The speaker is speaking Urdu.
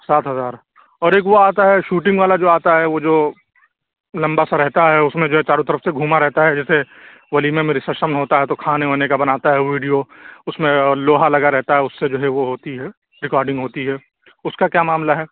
سات ہزار اور ایک وہ آتا ہے شوٹنگ والا جو آتا ہے وہ جو لمبا سا رہتا ہے اُس میں جو ہے چاروں طرف سے گھوما رہتا ہے جیسے ولیمہ میں رسپشن ہوتا ہے تو کھانے وانے کا بناتا ہے وہ ویڈیو اُس میں لوہا لگا رہتا ہے اُس سے جو ہے وہ ہوتی ہے ریکاڈنگ ہوتی ہے اُس کا کیا معاملہ ہے